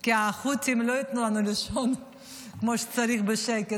כי החות'ים לא ייתנו לנו לישון כמו שצריך בשקט.